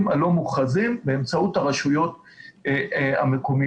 הלא מוכרזים באמצעות הרשויות המקומיות.